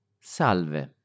salve